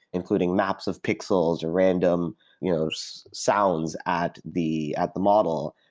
including maps of pixels or random you know so sounds at the at the model,